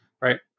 Right